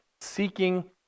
seeking